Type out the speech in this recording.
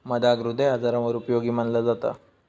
मधाक हृदय आजारांवर उपयोगी मनाला जाता